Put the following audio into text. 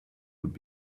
would